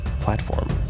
platform